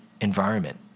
environment